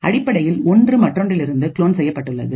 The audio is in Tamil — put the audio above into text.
அடிப்படையில் ஒன்று மற்றொன்றிலிருந்து க்ளோன் செய்யப்பட்டுள்ளது